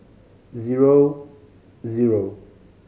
zero zero